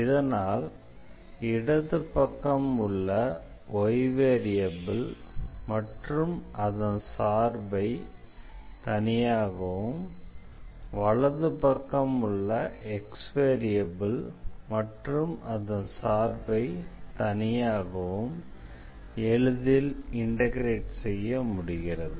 இதனால் இடது பக்கம் உள்ள y வேரியபிள் மற்றும் அதன் சார்பை தனியாகவும் வலது பக்கம் உள்ள x வேரியபிள் மற்றும் அதன் சார்பை தனியாகவும் எளிதில் இண்டேக்ரெட் செய்ய முடிகிறது